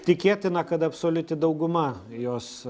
tikėtina kad absoliuti dauguma jos